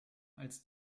als